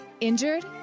Injured